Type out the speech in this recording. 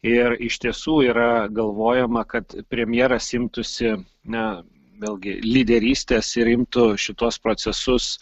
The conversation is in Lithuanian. ir iš tiesų yra galvojama kad premjeras imtųsi na vėlgi lyderystės ir imtų šituos procesus